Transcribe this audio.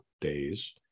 days